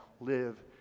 live